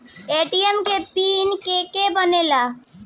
ATM के pin के के बनेला?